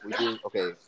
Okay